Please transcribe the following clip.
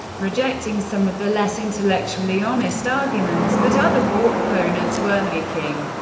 rejecting some of the less intellectually honest arguments that other bork opponents were making,